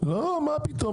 מה פתאום?